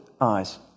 eyes